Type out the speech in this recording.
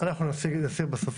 ההצבעה היא על נוסח